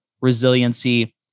resiliency